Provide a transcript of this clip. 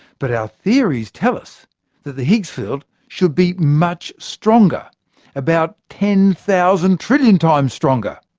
but our theories tell us that the higgs field should be much stronger about ten thousand trillion times stronger.